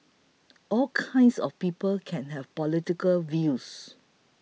all kinds of people can have political views